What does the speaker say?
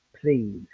Please